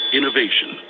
Innovation